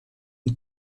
und